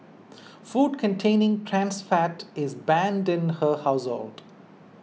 food containing trans fat is banned in her household